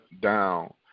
down